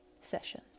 session